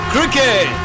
Cricket